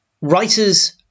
writers